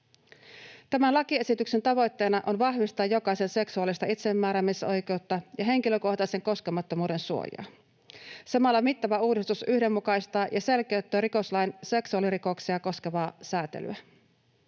Tämän lakiesityksen tavoitteena on vahvistaa jokaisen seksuaalista itsemääräämisoikeutta ja henkilökohtaisen koskemattomuuden suojaa. Samalla mittava uudistus yhdenmukaistaa ja selkeyttää rikoslain seksuaalirikoksia koskevaa sääntelyä.